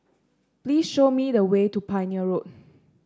please show me the way to Pioneer Road